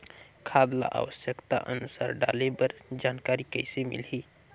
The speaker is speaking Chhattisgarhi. खाद ल आवश्यकता अनुसार डाले बर जानकारी कइसे मिलही?